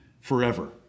forever